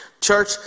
Church